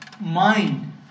mind